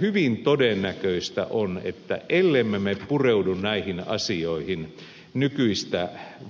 hyvin todennäköistä on että ellemme me pureudu näihin asioihin nykyistä